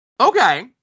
Okay